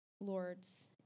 lords